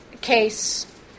case